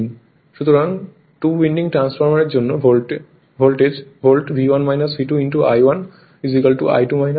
সুতরাং two winding ট্রান্সফরমারের জন্য volt V1 V2 I1 I2 I1 V2